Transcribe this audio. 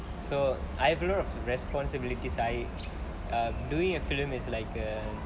so I have a lot of the responsibilities I I'm doing a film is like a